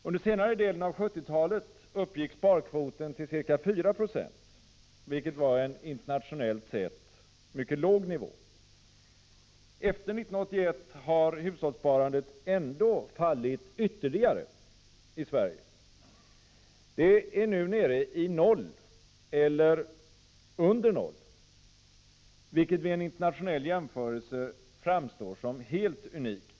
Under senare delen av 1970-talet uppgick sparkvoten till ca 4 96 — en internationellt sett mycket låg nivå. Efter 1981 har hushållssparandet ändå fallit ytterligare i Sverige. Det är nu nere vid noll eller under noll. Vid en internationell jämförelse framstår det som helt unikt.